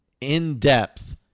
in-depth